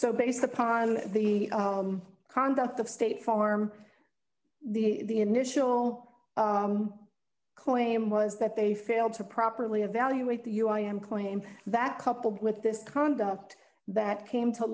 so based upon the conduct of state farm the initial claim was that they failed to properly evaluate the u i and claim that coupled with this conduct that came to